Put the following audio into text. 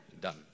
Done